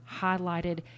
highlighted